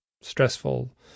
stressful